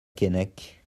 keinec